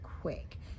quick